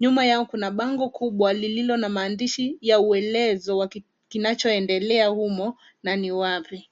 Nyuma yao kuna bango kubwa lililo na maandishi ya uelezo wa kinachoendelea humo na ni wazi.